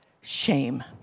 shame